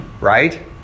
Right